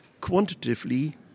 quantitatively